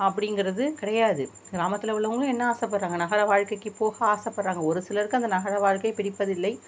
அப்படிங்கிறது கிடையாது கிராமத்தில் உள்ளவர்களுக்கும் என்ன ஆசைப்பட்றாங்க நகர வாழ்க்கைக்கு போக ஆசைப்பட்றாங்க ஒரு சிலருக்கு அந்த நகர வாழ்க்கை பிடிப்பதில்லை